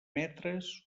metres